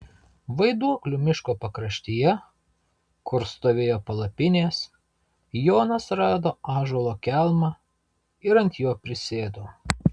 vaiduoklių miško pakraštyje kur stovėjo palapinės jonas rado ąžuolo kelmą ir ant jo prisėdo